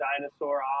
dinosaur